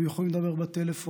הם יכולים לדבר בטלפון,